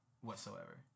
whatsoever